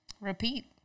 repeat